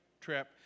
trip